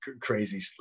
crazy